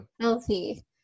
healthy